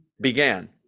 began